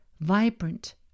vibrant